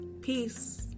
peace